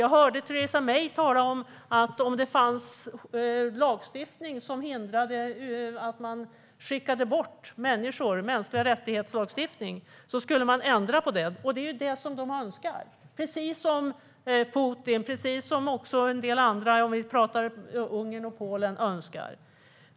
Jag hörde Theresa May tala om att om det finns lagstiftning som hindrar att man skickar bort människor - en lagstiftning om mänskliga rättigheter - ska man ändra på det. Det är det Storbritannien önskar, precis som Putin och precis som en del andra - vi talar om Ungern och Polen - önskar.